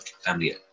family